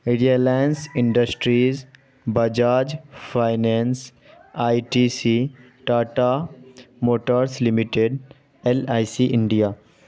reliance industries Bajaj finance I T C Tata Motors limited L I C India